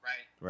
Right